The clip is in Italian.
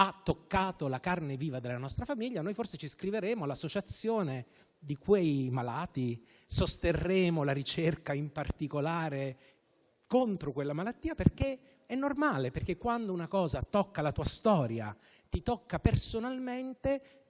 toccato la carne viva della nostra famiglia, noi forse ci iscriveremo all'associazione di quei malati e sosterremo la ricerca in particolare contro quella malattia. È normale. Quando infatti una cosa tocca la tua storia, ti tocca personalmente,